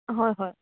হয় হয়